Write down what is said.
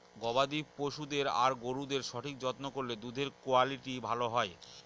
গবাদি পশুদের আর গরুদের সঠিক যত্ন করলে দুধের কুয়ালিটি ভালো হয়